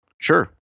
Sure